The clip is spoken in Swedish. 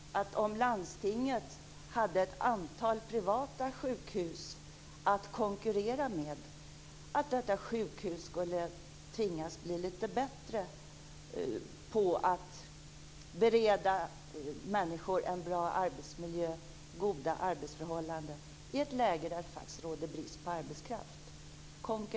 Om landstinget hade ett antal privata sjukhus att konkurrera med, tror inte statsrådet Winberg att landstingets sjukhus skulle tvingas att bli lite bättre på att bereda människor en bra arbetsmiljö och goda arbetsförhållanden i ett läge där det råder brist på arbetskraft?